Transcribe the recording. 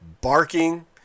barking